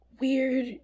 Weird